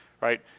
right